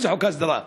איזה חוק ההסדרה?